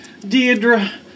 Deidre